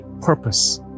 purpose